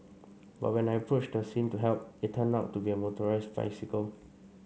but when I approached the scene to help it turned out to be a motorised bicycle